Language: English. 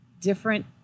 Different